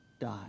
die